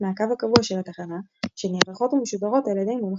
הרצועה הראשונה נקראה "90 90 90" עם עידו מור,